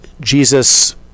Jesus